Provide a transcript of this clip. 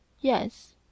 yes